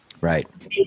Right